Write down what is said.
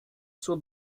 zur